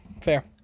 fair